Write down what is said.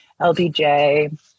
LBJ